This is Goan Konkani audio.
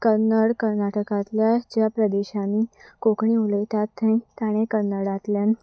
कन्नड कर्नाटकांतल्या ज्या प्रदेशांनी कोंकणी उलयतात थंय ताणें कन्नडांतल्यान